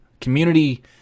community